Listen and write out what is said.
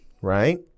Right